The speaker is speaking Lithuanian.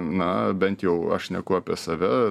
na bent jau aš šneku apie save